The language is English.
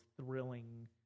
thrilling